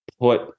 put